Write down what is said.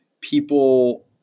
people